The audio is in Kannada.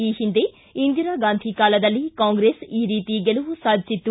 ಈ ಹಿಂದೆ ಇಂದಿರಾ ಗಾಂಧಿ ಕಾಲದಲ್ಲಿ ಕಾಂಗ್ರೆಸ್ ಈ ರೀತಿ ಗೆಲುವು ಸಾಧಿಸಿತ್ತು